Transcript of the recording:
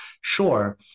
sure